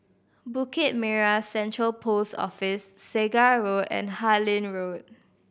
Bukit Merah Central Post Office Segar Road and Harlyn Road